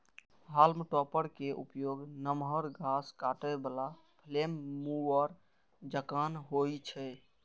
हाल्म topper के उपयोग नमहर घास काटै बला फ्लेम मूवर जकां होइ छै